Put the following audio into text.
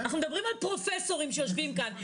אנחנו מדברים על פרופסורים שיושבים כאן,